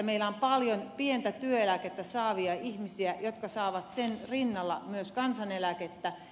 meillä on paljon pientä työeläkettä saavia ihmisiä jotka saavat sen rinnalla myös kansaneläkettä